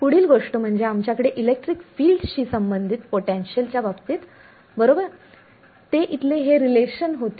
पुढील गोष्ट म्हणजे आमच्याकडे इलेक्ट्रिक फिल्डशी संबंधित पोटेन्शिअल च्या बाबतीत बरोबर ते इथले हे रिलेशन होते